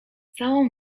całą